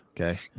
okay